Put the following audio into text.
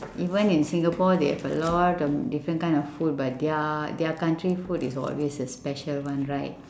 even in singapore they have a lot of different kind of food but their their country food is always the special one right